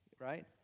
right